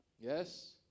yes